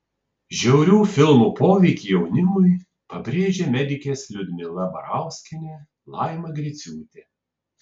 žiaurių filmų poveikį jaunimui pabrėžė medikės liudmila barauskienė laima griciūtė